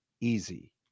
easy